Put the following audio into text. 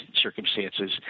circumstances